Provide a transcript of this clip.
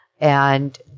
and-